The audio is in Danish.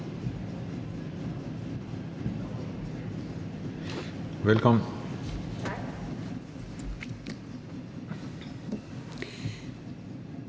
Velkommen. Kl.